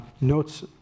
notes